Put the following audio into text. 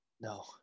No